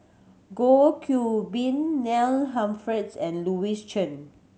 Goh Qiu Bin Neil Humphreys and Louis Chen